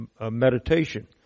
meditation